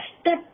step